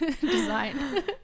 Design